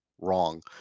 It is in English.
Wrong